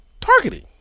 targeting